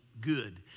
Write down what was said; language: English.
good